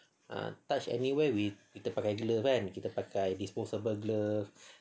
ah touch anywhere kita pakai glove kan kita pakai disposable glove